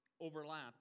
overlapped